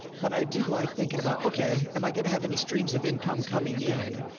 but i do like thinking about, okay, am i going to have any streams of income coming in?